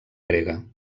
grega